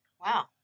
Wow